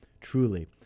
truly